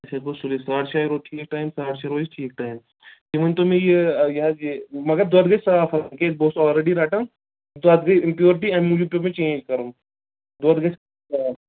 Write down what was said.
اَچھآ گوٚو سُلَے ساڑٕ شےٚ ہے گوٚو ٹھیٖک ٹایم ساڑٕ شےٚ روزِ ٹھیٖک ٹایم تُہۍ ؤنۍتو مےٚ یہِ یہِ حظ یہِ مگر دۄد گَژھِ صاف آسُن کیٛازِ بہٕ اوسُس آلریڈی رَٹَان دۄد گٔے اِمپیٛورٹی اَمہِ موٗجوٗب پیوٚو مےٚ چینج کَرُن دۄد گژھِ صاف